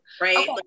right